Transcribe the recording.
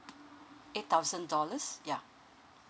eight thousand dollars ya